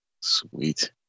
Sweet